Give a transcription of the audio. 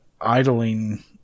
idling